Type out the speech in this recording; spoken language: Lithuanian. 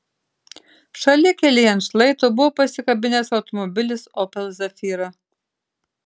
šalikelėje ant šlaito buvo pasikabinęs automobilis opel zafira